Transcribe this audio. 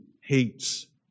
hates